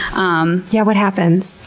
um yeah, what happens?